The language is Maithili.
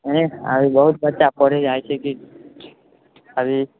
अभी बहुत बच्चा पढ़ऽ जाइ छै अभी